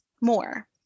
More